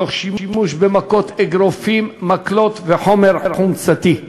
תוך שימוש במכות אגרופים, מקלות וחומר חומצתי.